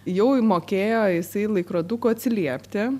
jau mokėjo jisai laikroduku atsiliepti